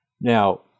now